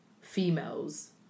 females